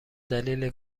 دلیل